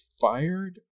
fired